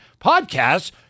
podcasts